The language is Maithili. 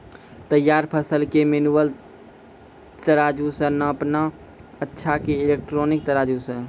तैयार फसल के मेनुअल तराजु से नापना अच्छा कि इलेक्ट्रॉनिक तराजु से?